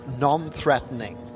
non-threatening